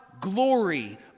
glory